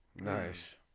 Nice